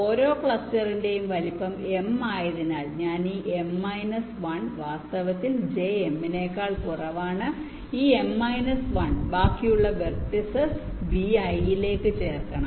ഓരോ ക്ലസ്റ്ററിന്റെയും വലുപ്പം m ആയതിനാൽ ഞാൻ ഈ m മൈനസ് 1 വാസ്തവത്തിൽ j m നേക്കാൾ കുറവാണ് ഈ m മൈനസ് 1 ബാക്കിയുള്ള വെർട്ടിസ്സ് Vi ലേക്ക് ചേർക്കണം